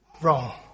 wrong